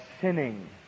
sinning